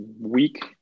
week